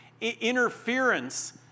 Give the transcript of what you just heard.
interference